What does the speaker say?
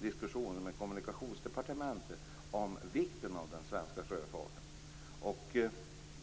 diskussion med Kommunikationsdepartementet om vikten av den svenska sjöfarten.